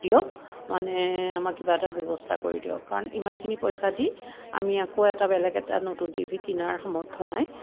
দিয়ক মানে আমাক কিবা এটা ব্যৱস্থা কৰি দিয়ক কাৰণ ইমানখিনি পইচা দি আমি আকৌ এটা বেলেগ এটা নতুন টি ভি কিনাৰ সামৰ্থ্য নাই